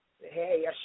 Hey